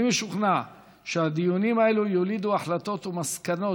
אני משוכנע שהדיונים האלו יולידו החלטות ומסקנות